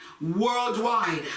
worldwide